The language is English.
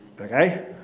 Okay